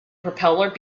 propeller